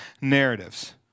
narratives